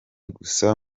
gusa